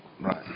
Right